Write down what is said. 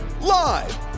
Live